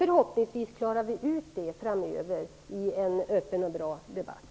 Förhoppningsvis skall vi lösa dessa frågor i en öppen och bra debatt.